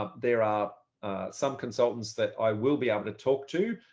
ah there are some consultants that i will be able to talk to.